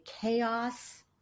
chaos